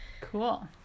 Cool